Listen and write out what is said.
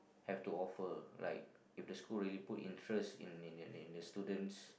have to offer like if the school really put interest in in in in the students